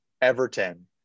Everton